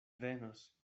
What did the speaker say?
venos